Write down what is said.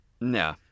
No